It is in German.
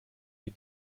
die